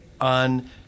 on